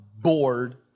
bored